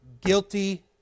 guilty